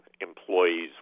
employees